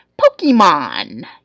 Pokemon